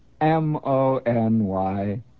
M-O-N-Y